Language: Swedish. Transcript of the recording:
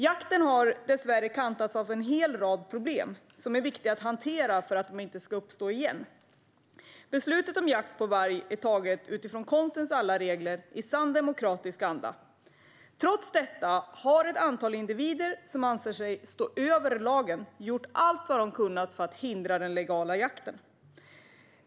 Jakten har dessvärre kantats av en hel rad problem som är viktiga att hantera för att de inte ska uppstå igen. Beslutet om jakt på varg är fattat efter konstens alla regler i sann demokratisk anda. Trots detta har ett antal individer som anser sig stå över lagen gjort allt vad de kunnat för att hindra den legala jakten.